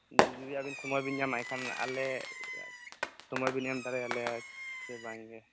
ᱡᱩᱫᱤ ᱟᱵᱮᱱ ᱥᱚᱢᱳᱭ ᱵᱮᱱ ᱧᱟᱢᱟ ᱮᱱᱠᱷᱟᱱ ᱟᱞᱮ ᱥᱚᱢᱳᱭ ᱵᱮᱱ ᱮᱢ ᱫᱟᱲᱮ ᱟᱞᱮᱭᱟ ᱥᱮ ᱵᱟᱝᱜᱮ